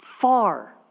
Far